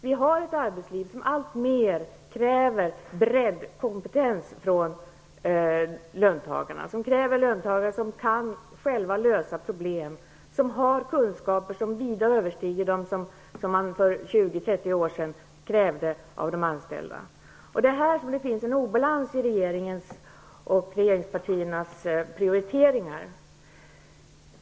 Vi har ett arbetsliv som i allt större utsträckning kräver löntagare med bred kompetens som själva kan lösa problem och som har kunskaper som vida överstiger de kunskaper som man för 20--30 år sedan krävde av de anställda. Det är i detta avseende som det finns en obalans i regeringens och regeringspartiernas prioriteringar.